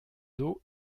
dos